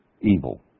evil